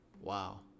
Wow